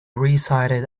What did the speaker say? recited